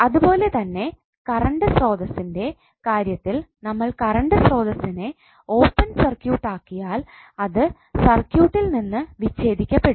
അതുപോലെതന്നെ കറണ്ട് സ്രോതസ്സിൻറെ കാര്യത്തിൽ നമ്മൾ കറണ്ട് സ്രോതസ്സിനെ ഓപ്പൺ സർക്യൂട്ട് ആക്കിയാൽ അത് സർക്യൂട്ടിൽ നിന്ന് വിച്ചേദിക്കപ്പെട്ടും